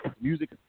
music